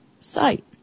site